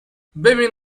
ببین